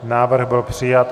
Návrh byl přijat.